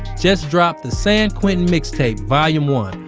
just dropped the san quentin mixtape volume one,